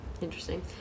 Interesting